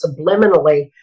subliminally